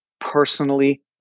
personally